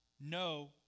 No